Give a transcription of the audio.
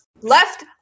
left